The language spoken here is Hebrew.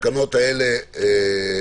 התקנות האלה